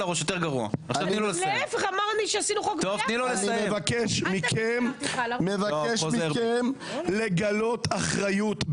אמרנו --- אני מבקש מכם לגלות אחריות,